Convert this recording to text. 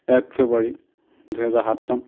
এক ফেব্ৰুৱাৰী দুই হাজাৰ সাত চন